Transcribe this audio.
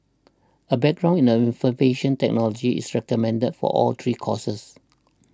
a background in a technology is recommended for all three courses